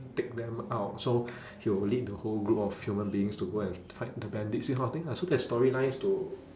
take them out so he'll lead the whole group of human beings to go and fight the bandits this kind of thing lah so there's storylines to